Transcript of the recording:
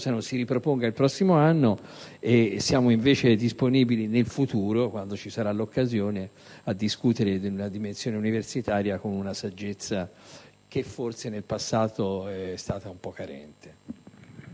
non si riproponga il prossimo anno. Siamo invece disponibili in futuro, quando si presenterà l'occasione, a discutere della dimensione universitaria, con una saggezza che forse, nel passato, è stata un po' carente.